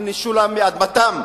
על הנישול מאדמתם.